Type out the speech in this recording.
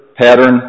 pattern